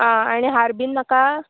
आं आनी हार बीन नाका